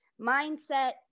mindset